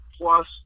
plus